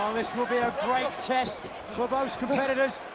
um this will be a great test for both competitors.